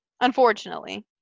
Unfortunately